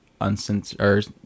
uncensored